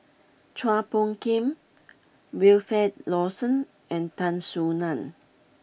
Chua Phung Kim Wilfed Lawson and Tan Soo Nan